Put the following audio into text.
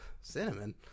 Cinnamon